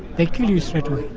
they kill you straight away.